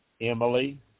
Emily